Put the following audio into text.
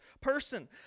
person